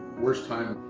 worst time,